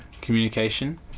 communication